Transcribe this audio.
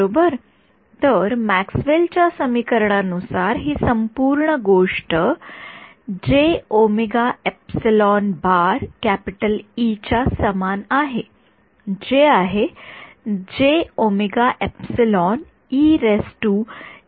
बरोबर तर मॅक्सवेल च्या समीकरणा नुसार ही संपूर्ण गोष्ट च्या समान आहे जे आहे